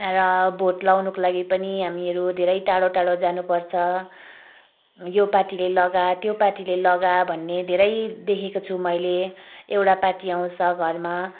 र भोट लगाउनुको लागि पनि हामीहरू धेरै टाढो टाढो जानुपर्छ यो पार्टीले लगा त्यो पार्टीले लगा भन्ने धेरै देखेको छु मैले एउटा पार्टी आउँछ घरमा